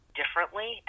differently